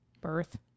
birth